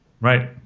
Right